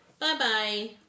Bye-bye